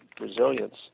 resilience